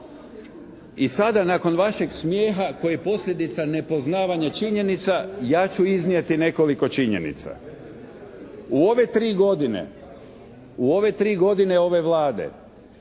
I sada nakon vašeg smijeha koji je posljedica nepoznavanja činjenica, ja ću iznijeti nekoliko činjenica. U ove tri godine ove Vlade